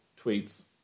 tweets